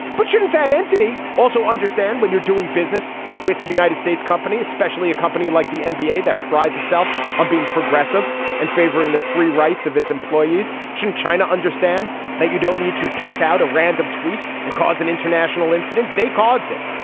but shouldn't that entity also understand when you're doing business with the united states company especially a company like the and nba that prides itself on being progressive and favoring the free rights of its employees. shouldn't china understand that you don't need to pluck out a random tweet and cause an international incident they caused it.